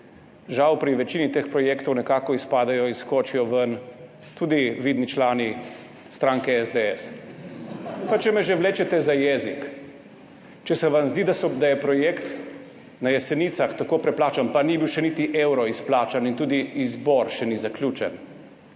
žal pri večini teh projektov nekako izpadejo in skočijo ven tudi vidni člani stranke SDS. Pa če me že vlečete za jezik, če se vam zdi, da je projekt na Jesenicah tako preplačan, pa ni bil še niti evro izplačan in tudi izbor še ni zaključen